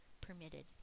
permitted